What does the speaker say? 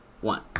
one